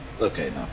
okay